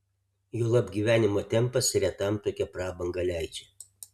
juolab gyvenimo tempas retam tokią prabangą leidžia